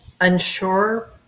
unsure